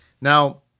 Now